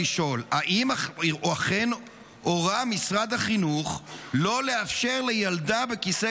לשאול: האם אכן הורה משרד החינוך לא לאפשר לילדה בכיסא